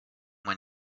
when